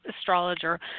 astrologer